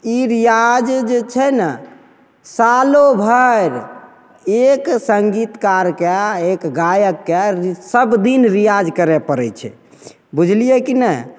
ई रिआज जे छै ने सालोभरि एक सङ्गीतकारके एक गायकके सबदिन रिआज करै पड़ै छै बुझलिए कि ने